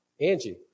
Angie